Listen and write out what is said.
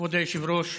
כבוד היושב-ראש,